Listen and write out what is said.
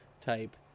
type